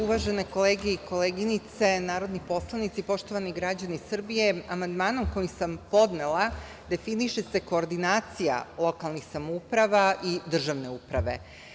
Uvažene kolege i koleginice narodni poslanici, poštovani građani Srbije, amandmanom koji sam podnela definiše se koordinacija lokalnih samouprava i državne uprave.